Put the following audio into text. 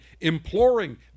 imploring